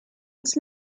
its